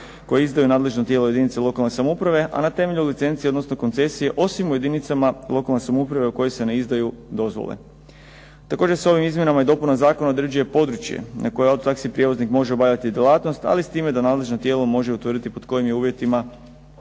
koje izdaju nadležna tijela u jedinici lokalne samouprave, a na temelju licencije odnosno koncesije osim u jedinicama lokalne samouprave u kojoj se ne izdaju dozvole. Također se ovim izmjenama i dopunama zakona određuje područje na kojem auto taxi prijevoznik može obavljati djelatnost, ali s time da nadležno tijelo može utvrditi pod kojim je uvjetima